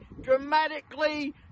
dramatically